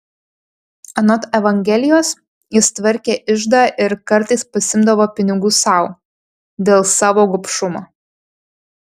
anot evangelijos jis tvarkė iždą ir kartais pasiimdavo pinigų sau dėl savo gobšumo